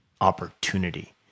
opportunity